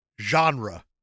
Genre